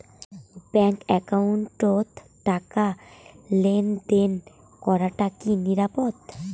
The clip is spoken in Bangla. ব্যাংক একাউন্টত টাকা লেনদেন করাটা কি নিরাপদ?